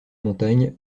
montagnes